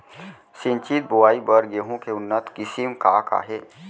सिंचित बोआई बर गेहूँ के उन्नत किसिम का का हे??